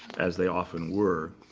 as they often were.